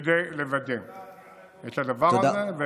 כדי לוודא את הדבר הזה.